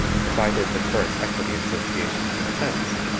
provided the chorus equity association consents,